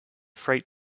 freight